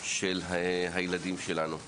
של הילדים שלנו.